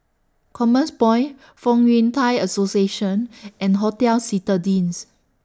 Commerce Point Fong Yun Thai Association and Hotel Citadines